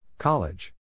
College